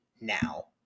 now